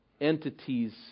entities